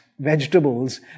vegetables